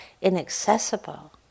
inaccessible